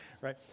right